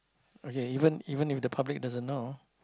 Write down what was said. okay even even if the public doesn't know